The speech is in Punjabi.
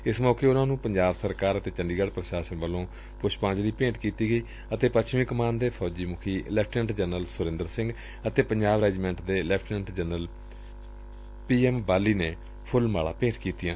ਏਸ ਮੌਕੇ ਉਨਾਂ ਨੰ ਪੰਜਾਬ ਸਰਕਾਰ ਅਤੇ ਚੰਡੀਗੜ ਪੁਸ਼ਾਸਨ ਵੱਲੋਂ ਪੁਸ਼ਪਾਜਲੀ ਭੇਟ ਕੀਤੀ ਗਈ ਅਤੇ ਪੱਛਮੀ ਕਮਾਨ ਦੇ ਮੁਖੀ ਲੈਫਟੀਨੈਟ ਜਨਰਲ ਸੁਰਿੰਦਰ ਸਿੰਘ ਅਤੇ ਪੰਜਾਬ ਰੈਜੀਮੈਟ ਦੇ lieutenant general P M Bali ਨੇ ਵੀ ਫੁੱਲ ਮਾਲਾ ਭੇਟ ਕੀਤੀਆਂ